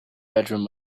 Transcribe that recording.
bedroom